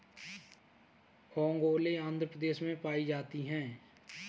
ओंगोले आंध्र प्रदेश में पाई जाती है